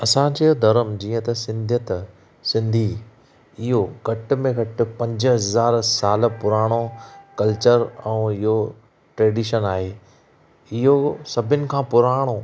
असांजे धर्म जीअं त सिंधियत सिंधी इहो घटि में घटि पंज हज़ार साल पुराणो कल्चर ऐं इहो ट्रेडिशन आहे इहो सभिनी खां पुराणो